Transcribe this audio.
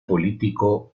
político